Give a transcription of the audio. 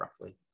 roughly